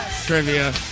trivia